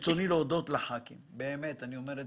ברצוני להודות לח"כים - איילת,